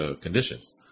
conditions